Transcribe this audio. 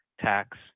tax